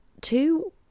two